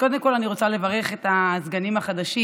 קודם כול אני רוצה לברך את הסגנים החדשים.